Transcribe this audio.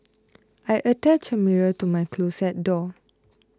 I attached a mirror to my closet door